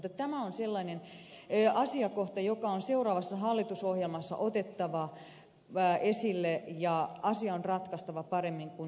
mutta tämä on sellainen asiakohta joka on seuraavassa hallitusohjelmassa otettava esille ja asia on ratkaistava paremmin kuin nykytilanteessa